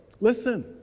Listen